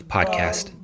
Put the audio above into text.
Podcast